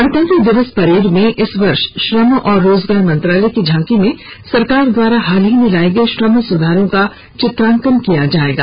गणतंत्र दिवस परेड में इस वर्ष श्रम और रोजगार मंत्रालय की झांकी में सरकार द्वारा हाल ही में लाए गए श्रम सुधारों का चित्रांकन किया जाएगा